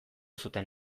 zuten